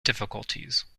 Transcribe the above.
difficulties